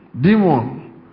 Demon